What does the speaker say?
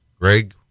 Greg